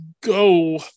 go